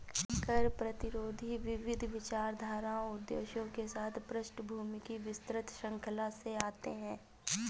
कर प्रतिरोधी विविध विचारधाराओं उद्देश्यों के साथ पृष्ठभूमि की विस्तृत श्रृंखला से आते है